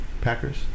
Packers